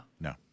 No